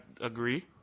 agree